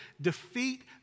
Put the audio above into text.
defeat